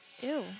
Ew